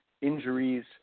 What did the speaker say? injuries